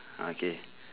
okay